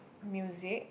music